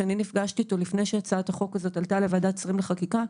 שאני נפגשתי איתו לפני שהצעת החוק הזו עלתה לוועדת שרים לחקיקה,